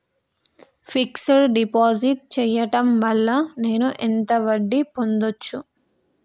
Fix డ్ deposit చేయటం వల్ల నేను ఎంత వడ్డీ పొందచ్చు?